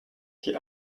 die